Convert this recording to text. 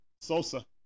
Sosa